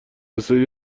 بسیاری